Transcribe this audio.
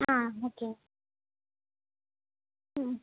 ஆ okay ம்